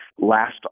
last